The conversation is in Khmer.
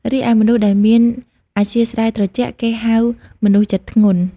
រីឯមនុស្សដែលមានអធ្យាស្រ័យត្រជាក់ គេហៅមនុស្សចិត្តធ្ងន់ ។